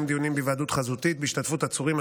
דיונים בהיוועדות חזותית בהשתתפות עצורים,